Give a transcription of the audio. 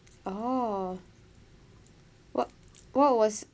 oo what what was